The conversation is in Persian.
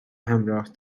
همراه